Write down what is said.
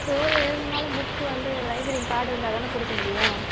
story எழுதனாலும் book வந்து library card இருந்தாதானே கொடுக்கமுடியும்